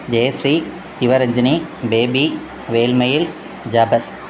Jayashree Sivaranjani Devi Velmayil Jabez